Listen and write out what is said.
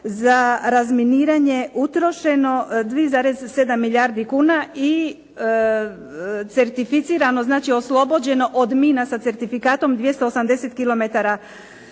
za razminiranje utrošeno 2,7 milijardi kuna i certificirano znači oslobođeno od mina sa certifikatom 280 km2.